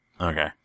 Okay